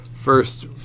first